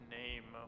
name